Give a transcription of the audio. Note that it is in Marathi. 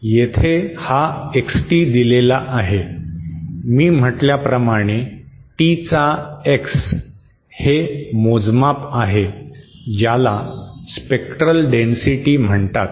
जेथे हा XT दिलेला आहे मी म्हटल्याप्रमाणे T चा X हे मोजमाप आहे ज्याला स्पेक्ट्रल डेन्सिटी म्हणतात